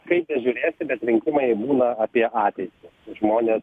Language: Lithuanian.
kaip bežiūrėsi bet rinkimai būna apie ateitį žmonės